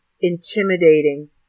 intimidating